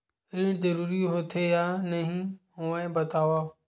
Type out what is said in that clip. ऋण जरूरी होथे या नहीं होवाए बतावव?